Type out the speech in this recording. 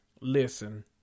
Listen